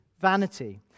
vanity